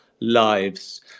lives